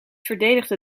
verdedigde